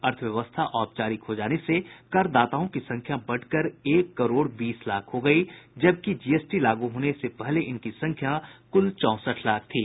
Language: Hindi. अर्थव्यवस्था औपचारिक हो जाने से करदाताओं की संख्या बढ़कर एक करोड़ बीस लाख हो गयी जबकि जीएसटी लागू होने से पहले इनकी संख्या कुल चौसठ लाख थी